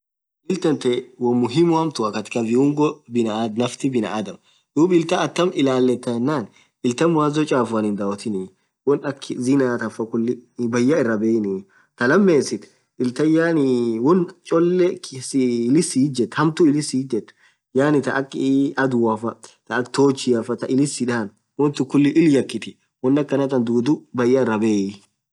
Illi thanthe won muhimu hamtua katika viungoo binaadam naftii binaadam dhub illtan atamm ilaletha yenan illtan mwazo chafuan hidhawothin wonn akha zinaa than faa khulii bayaa irabeinii taa lamesit illtan yaani won cholee illithi si ijethu hamtu illithi si ijethu yaani taa akha adhuafaaa thaa akha torchiafaa illit sidhan won tun khuli illi hakhitii won akhanathan dhudhu bayya iraa beiiii